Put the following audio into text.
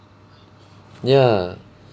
ya